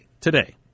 today